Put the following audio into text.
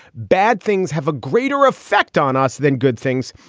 bad things have a greater effect on us than good things.